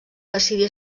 decidir